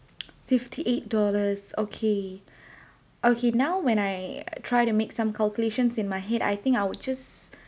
fifty-eight dollars okay okay now when I try to make some calculations in my head I think I will just